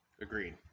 Agreed